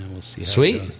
Sweet